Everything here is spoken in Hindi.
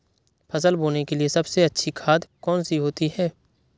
फसल बोने के लिए सबसे अच्छी खाद कौन सी होती है?